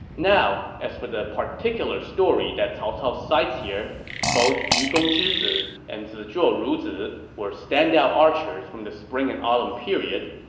now, as for the particular story that cao cao cites here both yugong zhizi and zizhuo ruzi were standout archers from the spring and autumn period.